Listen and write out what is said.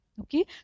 okay